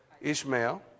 Ishmael